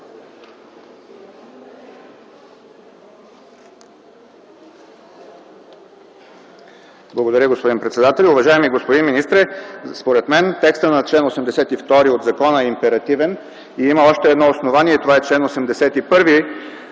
Благодаря, господин председател! Уважаеми господин министър, според мен текстът на чл. 82 от закона е императивен и има още едно основание – това е чл. 81,